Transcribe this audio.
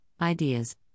ideas